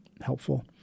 helpful